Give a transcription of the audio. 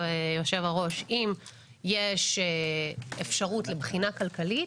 אם יש אפשרות לבחינה כלכלית,